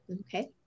Okay